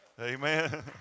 Amen